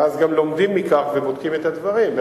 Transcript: ואז גם לומדים מכך ובודקים את הדברים.